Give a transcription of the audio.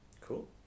Cool